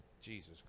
Jesus